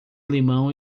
limão